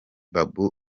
babou